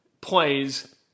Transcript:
plays